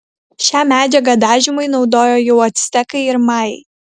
šią medžiagą dažymui naudojo jau actekai ir majai